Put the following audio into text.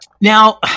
now